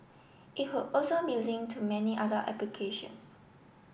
it would also be link to many other applications